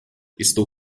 estou